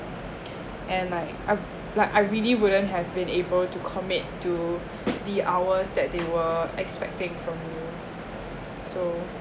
and like I like I really wouldn't have been able to commit to the hours that they were expecting from um so